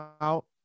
out